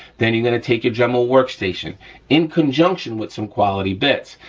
then you're gonna take a dremel workstation in conjunction with some quality bit.